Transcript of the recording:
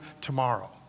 tomorrow